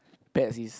pet is